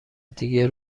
دیگه